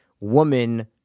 woman